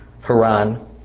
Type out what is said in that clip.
Haran